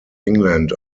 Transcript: england